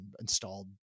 installed